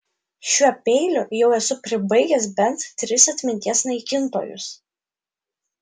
šiuo peiliu jau esu pribaigęs bent tris atminties naikintojus